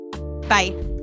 Bye